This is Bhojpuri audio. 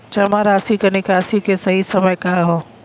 जमा राशि क निकासी के सही समय का ह?